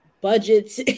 budgets